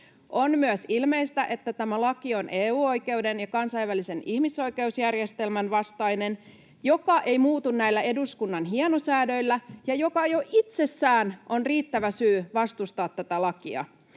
On myös ilmeistä, että tämä laki on EU-oikeuden ja kansainvälisen ihmisoikeusjärjestelmän vastainen, mikä ei muutu näillä eduskunnan hienosäädöillä ja mikä jo itsessään on riittävä syy vastustaa tätä lakia.